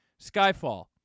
Skyfall